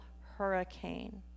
hurricane